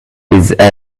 receiver